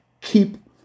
Keep